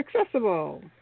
accessible